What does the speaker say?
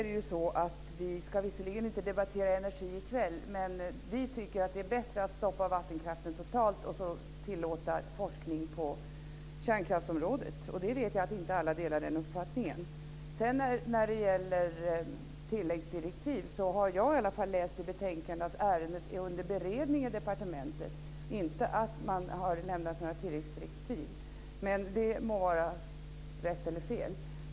Det ska visserligen inte debatteras energi i kväll, men vi tycker att det är bättre att stoppa vattenkraften totalt och tillåta forskning på kärnkraftsområdet. Jag vet att inte alla delar den uppfattningen. När det sedan gäller tilläggsdirektiv har i varje fall jag i betänkandet läst att ärendet är under beredning i departementet, inte att man har lämnat några tilläggsdirektiv. Det må vara rätt eller fel.